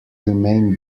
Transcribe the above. remain